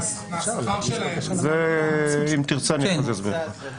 תרצה אני אסביר לך.